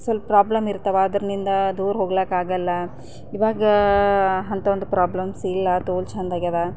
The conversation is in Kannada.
ಸ್ವಲ್ಪ ಪ್ರಾಬ್ಲಮ್ ಇರ್ತವ ಅದರಿಂದ ದೂರ ಹೋಗೋಕ್ಕಾಗಲ್ಲ ಇವಾಗ ಅಂತ ಒಂದು ಪ್ರಾಬ್ಲಮ್ಸ್ ಇಲ್ಲ ತೋಲ್ ಚಂದಾಗ್ಯದ